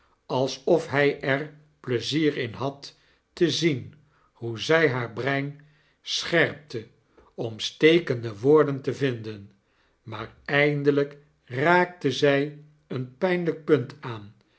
alsof hy er pleizier in had te zien hoe zy haar brein scherpte om stekende woorden te vinden maar eindelijk raakte zy een pynlijk punt aan